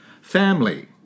Family